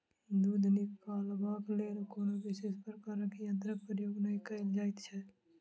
दूध निकालबाक लेल कोनो विशेष प्रकारक यंत्रक प्रयोग नै कयल जाइत छै